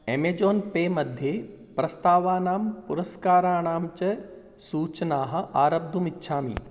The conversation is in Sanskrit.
एमेजाोन् पेमध्ये प्रस्तावानां पुरस्काराणां च सूचनाः आरब्धुमिच्छामि